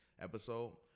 episode